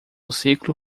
ciclo